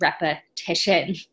repetition